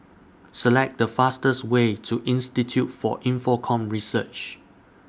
Select The fastest Way to Institute For Infocomm Research